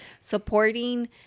Supporting